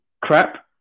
crap